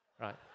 right